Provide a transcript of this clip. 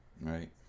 Right